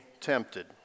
tempted